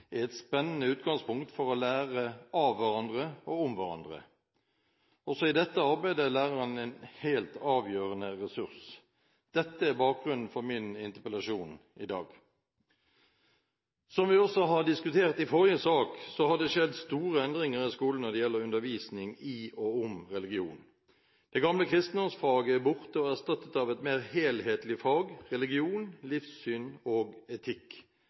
er et spennende utgangspunkt for å lære av hverandre og om hverandre. Også i dette arbeidet er læreren en helt avgjørende ressurs. Dette er bakgrunnen for min interpellasjon i dag. Som vi også diskuterte i forrige sak, har det skjedd store endringer i skolen når det gjelder undervisning i og om religion. Det gamle kristendomsfaget er borte og erstattet av et mer helhetlig fag – religion, livssyn og etikk.